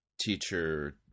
teacher